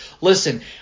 Listen